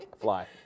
Fly